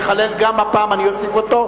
אם אכן היא לא תיכלל, גם הפעם אני אוסיף אותו.